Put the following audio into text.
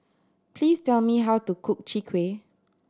please tell me how to cook Chwee Kueh